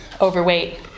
overweight